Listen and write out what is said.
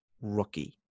rookie